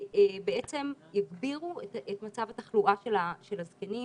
בעצם יגבירו את מצב התחלואה של הזקנים,